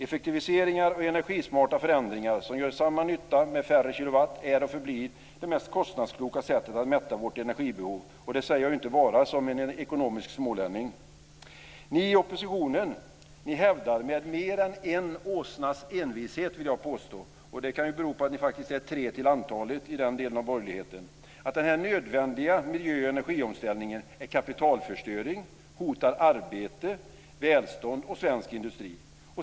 Effektiviseringar och energismarta förändringar, som ger samma nytta med färre kilowatt, är och förblir det mest kostnadskloka sättet att mätta vårt energibehov. Det säger jag inte bara som ekonomisk smålänning. Ni i oppositionen hävdar med mer än en åsnas envishet, vill jag påstå - och det kan bero på att ni faktiskt är tre till antalet i den delen av borgerligheten - att denna nödvändiga miljö och energiomställning är kapitalförstöring, hotar arbete, välstånd och svensk industri.